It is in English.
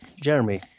jeremy